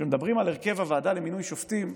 כשמדברים על הרכב הוועדה למינוי שופטים,